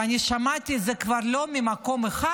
ואני שמעתי את זה כבר לא ממקום אחד,